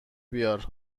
بیار